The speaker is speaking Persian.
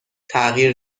تغییر